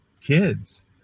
kids